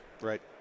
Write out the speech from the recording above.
Right